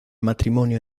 matrimonio